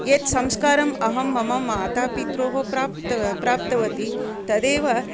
यत् संस्कारम् अहं मम मातापित्रोः प्राप्तवती तदेव